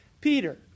Peter